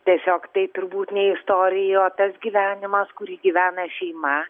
tiesiog tai turbūt ne istorija o tas gyvenimas kurį gyvena šeima